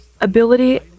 ability